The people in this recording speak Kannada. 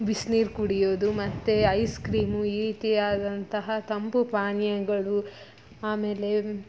ಬಿಸ್ನೀರು ಕುಡಿಯೋದು ಮತ್ತು ಐಸ್ಕ್ರೀಮು ಈ ರೀತಿಯಾದಂತಹ ತಂಪು ಪಾನೀಯಗಳು ಆಮೇಲೆ